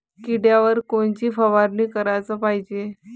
किड्याइवर कोनची फवारनी कराच पायजे?